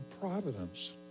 providence